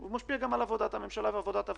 הוא משפיע גם על עבודת הממשלה ועבודת הוועדה,